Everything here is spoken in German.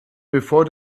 bevor